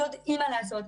יודעים מה לעשות,